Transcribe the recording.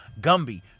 Gumby